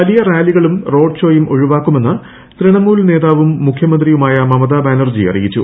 വലിയ റാലികളും റോഡ് ഷോയും ഒഴിവാക്കുമെന്ന് തൃണമൂൽ നേതാവും മുഖ്യമന്ത്രിയുമായ മമതാ ബാനർജി അറിയിച്ചു